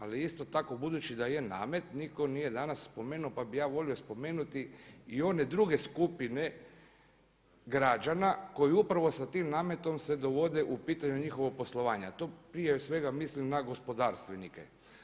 Ali isto tako budući da je namet nitko nije danas spomenuo, pa bih ja volio spomenuti i one druge skupine građana koji upravo sa tim nametom se dovode u pitanje njihovo poslovanje, a to prije svega mislim na gospodarstvenike.